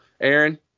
Aaron